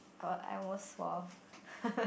oh I was four